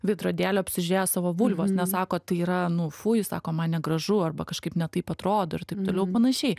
veidrodėlio apsižiūrėję savo vulvos nes sako tai yra nu fui sako man negražu arba kažkaip ne taip atrodo ir taip toliau ir panašiai